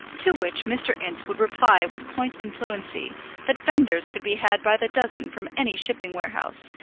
to which mr. ince would reply with point and fluency that fenders could be had by the dozen from any shipping warehouse,